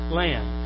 land